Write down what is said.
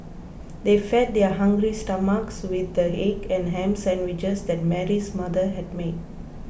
they fed their hungry stomachs with the egg and ham sandwiches that Mary's mother had made